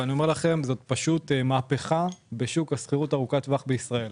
יש פשוט מהפכה בתחום השכירות ארוכת הטווח בישראל,